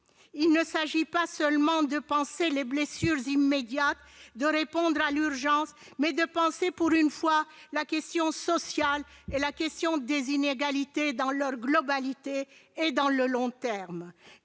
Il ne s'agit pas seulement de panser les blessures immédiates, de répondre à l'urgence, mais il convient, pour une fois, d'appréhender la question sociale et celle des inégalités dans leur globalité et sur le long terme.